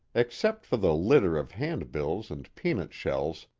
except for the litter of hand-bills and peanut-shells,